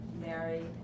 Mary